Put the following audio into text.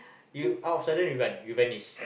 you out silent you run you Venice